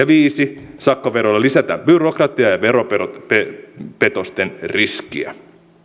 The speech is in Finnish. viisi sakkoverolla lisätään byrokratiaa ja veropetosten riskiä